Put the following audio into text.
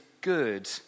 good